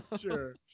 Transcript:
Sure